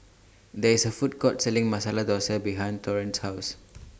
There IS A Food Court Selling Masala Dosa behind Torrent House